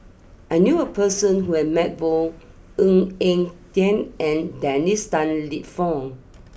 I knew a person who has met both Ng Eng Teng and Dennis Tan Lip Fong